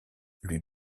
lui